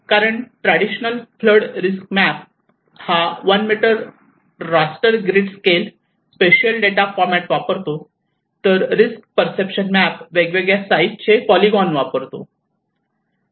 कारण traditional flood risk map हा one metre raster grid cell spatial data format वापरतो तर रिस्क पर्सेप्शन मॅप वेगवेगळ्या साइज चे पॉलीगोन वापरतो